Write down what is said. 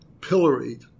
pilloried